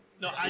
No